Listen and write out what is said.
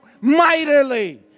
mightily